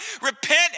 Repent